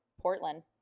Portland